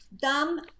Dumb